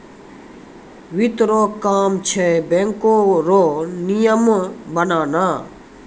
वित्त रो काम छै बैको रो नियम बनाना